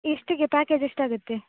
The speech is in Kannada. ಇಷ್ಟಿಗೆ ಪ್ಯಾಕೆಜ್ ಎಷ್ಟಾಗುತ್ತೆ